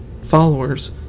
followers